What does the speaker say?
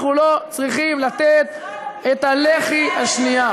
אנחנו לא צריכים לתת את הלחי השנייה.